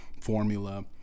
formula